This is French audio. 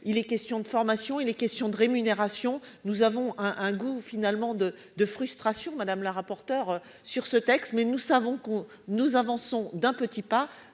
Il est question de formation et les questions de rémunération nous avons un un goût finalement de de frustration Madame la rapporteure sur ce texte mais nous savons que nous avançons d'un petit pas.